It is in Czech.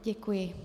Děkuji.